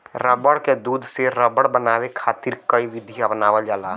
रबड़ के दूध से रबड़ बनावे खातिर कई विधि अपनावल जाला